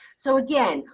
so again,